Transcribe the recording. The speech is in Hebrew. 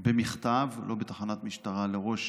במכתב, לא בתחנת משטרה, לראש